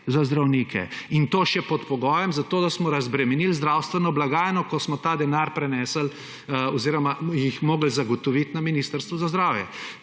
za zdravnike, in še to pod pogojem, da smo razbremenili zdravstveno blagajno, ko smo ta denar prenesli, oziroma jih morali zagotoviti na Ministrstvu za zdravje.